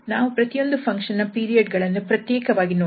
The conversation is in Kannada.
ನಾವು ಪ್ರತಿಯೊಂದು ಫಂಕ್ಷನ್ ನ ಪೀರಿಯಡ್ ಗಳನ್ನು ಪ್ರತ್ಯೇಕವಾಗಿ ನೋಡುತ್ತೇವೆ